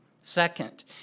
Second